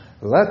Let